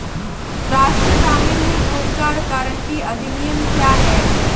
राष्ट्रीय ग्रामीण रोज़गार गारंटी अधिनियम क्या है?